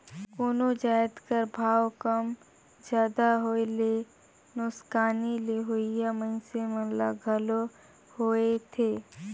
कोनो जाएत कर भाव कम जादा होए ले नोसकानी लेहोइया मइनसे मन ल घलो होएथे